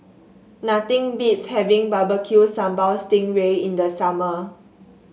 nothing beats having Barbecue Sambal Sting Ray in the summer